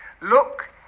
Look